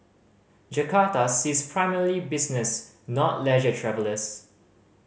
Jakarta sees primarily business not leisure travellers